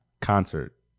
concert